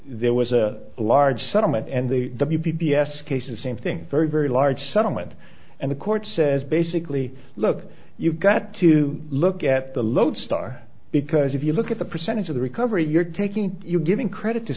there was a large settlement and the p b s cases same think very very large settlement and the court says basically look you've got to look at the lodestar because if you look at the percentage of the recovery you're taking giving credit to